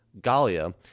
Galia